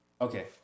okay